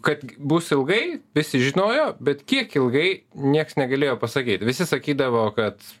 kad bus ilgai visi žinojo bet kiek ilgai nieks negalėjo pasakyt visi sakydavo kad